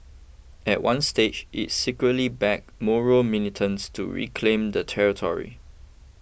at one stage it secretly backed Moro militants to reclaim the territory